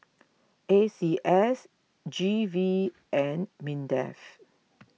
A C S G V and Mindef